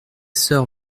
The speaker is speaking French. soeur